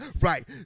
right